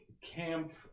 camp